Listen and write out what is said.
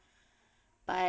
but